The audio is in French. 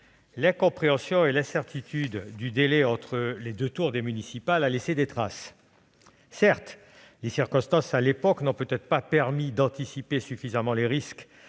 L'incompréhension et l'incertitude suscitées par le délai entre les deux tours des municipales ont laissé des traces. Certes, les circonstances à l'époque n'ont peut-être pas permis d'anticiper suffisamment les risques